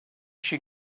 she